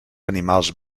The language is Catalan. animals